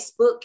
Facebook